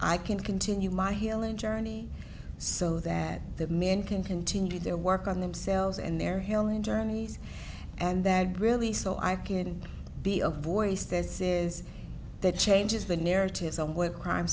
i can continue my healing journey so that the men can continue their work on themselves and their healing journeys and that really so i can be a voice that says that changes the narratives